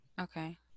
okay